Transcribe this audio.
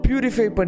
Purify